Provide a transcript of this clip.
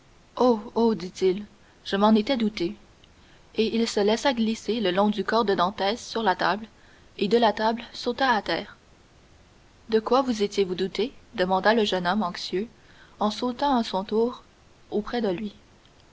oh dit-il je m'en étais douté et il se laissa glisser le long du corps de dantès sur la table et de la table sauta à terre de quoi vous étiez-vous douté demanda le jeune homme anxieux en sautant à son tour auprès de lui